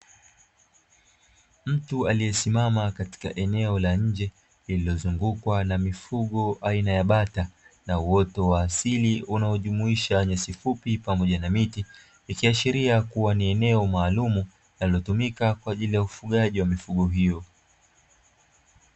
Mtu aliyesimama katika eneo la nje lililozungukwa na mifugo aina ya bata na uoto wa asili unaojumuisha nyasi fupi pamoja na miti ikiashiria kuwa ni eneo maalumu linalotumika kwa ajili ya ufugaji wa mifugo hiyo.